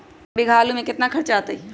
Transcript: एक बीघा आलू में केतना खर्चा अतै?